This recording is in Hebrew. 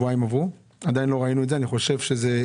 אני חושב שזה